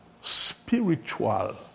spiritual